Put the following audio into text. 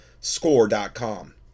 score.com